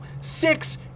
Six